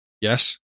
Yes